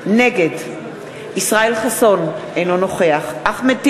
נגד ישראל חסון, אינו נוכח אחמד טיבי,